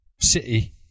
City